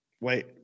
wait